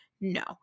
No